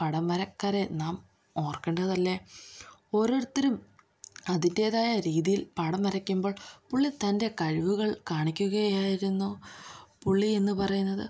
പടംവരക്കാരെ നാം ഓർക്കേണ്ടതല്ലെ ഓരോരുത്തരും അതിൻറ്റേതായ രീതിയിൽ പടം വരയ്ക്കുമ്പോൾ പുള്ളി തന്റെ കഴിവുകൾ കാണിക്കുകയായിരുന്നു പുള്ളി എന്നു പറയുന്നത്